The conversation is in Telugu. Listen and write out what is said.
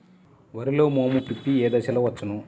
వరిలో మోము పిప్పి ఏ దశలో వచ్చును?